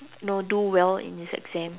you know do well in his exam